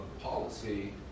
policy